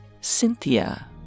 Cynthia